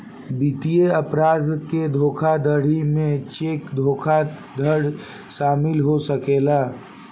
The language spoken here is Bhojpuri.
वित्तीय अपराध के धोखाधड़ी में चेक धोखाधड़ शामिल हो सकेला